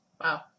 Wow